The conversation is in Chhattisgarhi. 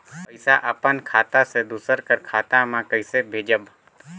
पइसा अपन खाता से दूसर कर खाता म कइसे भेजब?